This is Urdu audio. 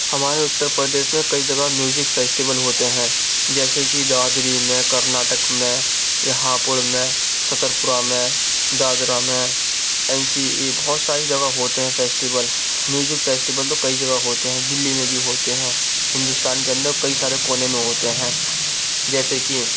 ہمارے اتر پردیش میں کئی جگہ میوزک فیسٹول ہوتے ہیں جیسے کہ دادری میں کرناٹک میں یا ہاپوڑ میں ستر پورہ میں دادرہ میں این سی ای بہت ساری جگہ ہوتے ہیں فیسٹول میوزک فیسٹول تو کئی جگہ ہوتے ہیں دلی میں بھی ہوتے ہیں ہندوستان کے اندر کئی سارے کونے میں ہوتے ہیں جیسے کہ